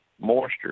moisture